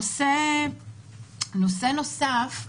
נושא נוסף,